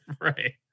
right